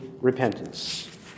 repentance